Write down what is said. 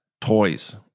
toys